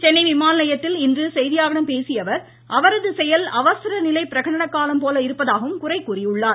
சென்னை விமான நிலையத்தில் இன்று செய்தியாளர்களிடம் பேசிய அவர் அவரது செயல் அவசர நிலை பிரகடன காலம் போல உள்ளதாகவும் குறை கூறியுள்ளார்